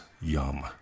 Yum